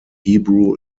hebrew